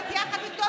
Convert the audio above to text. שירת יחד איתו,